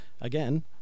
again